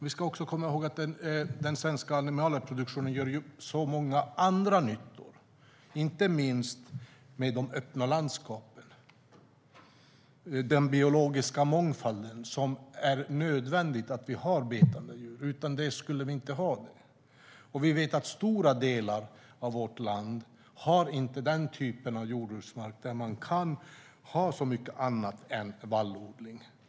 Vi ska också komma ihåg att den svenska animalieproduktionen innebär så många andra nyttor, inte minst de öppna landskapen och den biologiska mångfalden. För detta är det nödvändigt att vi har betande djur; utan dem skulle vi inte ha det här. Vi vet att stora delar av vårt land inte har den typ av jordbruksmark där man kan ha så mycket annat än vallodling.